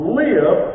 live